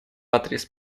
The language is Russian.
адрес